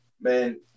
man